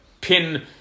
pin